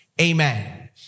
Amen